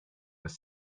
this